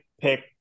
pick